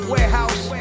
Warehouse